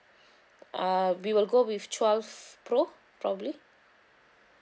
uh we will go with twelve pro probably